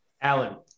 Alan